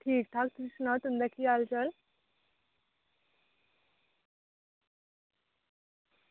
ठीक ठाक तुस सनाओ तुंदा केह् हाल चाल